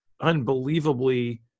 unbelievably